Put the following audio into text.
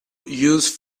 used